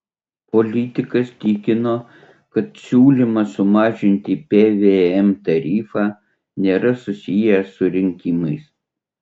politikas tikino kad siūlymas sumažinti pvm tarifą nėra susijęs su rinkimais